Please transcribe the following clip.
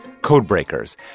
codebreakers